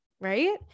Right